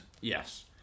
Yes